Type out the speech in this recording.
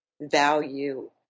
value